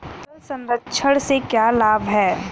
फल संरक्षण से क्या लाभ है?